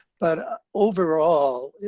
but overall,